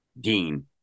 Dean